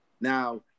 Now